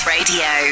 Radio